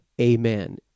Amen